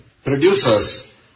Producers